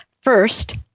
first